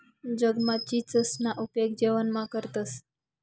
जगमा चीचसना उपेग जेवणमा करतंस